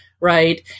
Right